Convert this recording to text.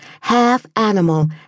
half-animal